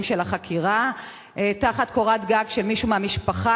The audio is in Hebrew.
של החקירה תחת קורת גג של מישהו מהמשפחה.